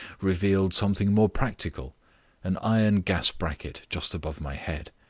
revealed something more practical an iron gas bracket just above my head.